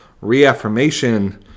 reaffirmation